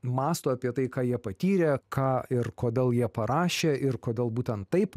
mąsto apie tai ką jie patyrė ką ir kodėl jie parašė ir kodėl būtent taip